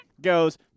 goes